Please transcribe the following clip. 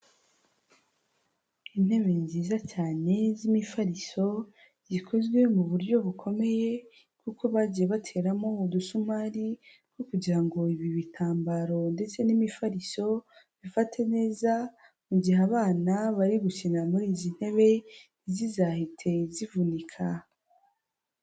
Intebe nziza cyane z'imifariso zikozwe mu buryo bukomeye, kuko bagiye bateramo udusumari two kugira ibi bitambaro ndetse n'imifariso bifate neza mu gihe abana bari gukinira muri izi ntebe, ntizizahite zivunika.